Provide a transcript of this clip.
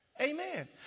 Amen